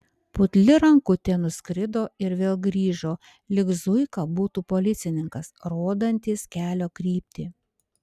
putli rankutė nuskrido ir vėl grįžo lyg zuika būtų policininkas rodantis kelio kryptį